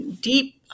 deep